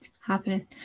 happening